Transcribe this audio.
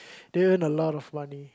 they earn a lot of money